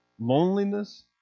loneliness